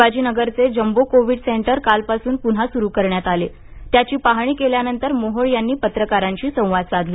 शिवाजीनगरचे jumbo covid centre काल पासून पुन्हा सुरू करण्यात आले आहे त्याची पाहाणी केल्यानंतर मोहोळ यांनी पत्रकारांशी संवाद साधला